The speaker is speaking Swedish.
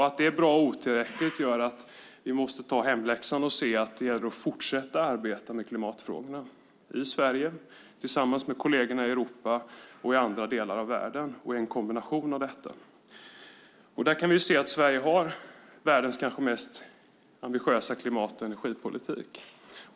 Att det är otillräckligt gör att vi måste göra hemläxan och fortsätta att arbeta med klimatfrågorna i Sverige, tillsammans med kollegerna i Europa och i andra delar av världen och i en kombination av detta. Där kan vi se att Sverige har världens kanske mest ambitiösa klimat och energipolitik.